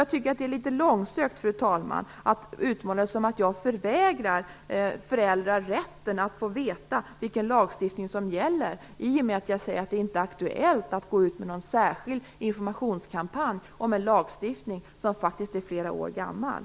Jag tycker att det är litet långsökt att utmåla det som att jag förvägrar föräldrar rätten att få veta vilken lagstiftning som gäller, i och med att jag säger att det inte är aktuellt att gå ut med någon särskild informationskampanj om en lagstiftning som faktiskt är flera år gammal.